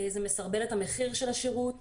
זה מסרבל את המחיר של השירות,